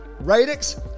Radix